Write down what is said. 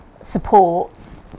supports